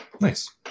Nice